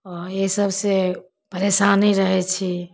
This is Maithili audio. ओहे सबसे परेशानी रहै छी